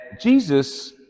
Jesus